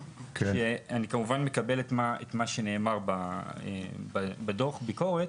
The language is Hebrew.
אני כמובן מקבל את מה שנאמר בדו"ח הביקורת,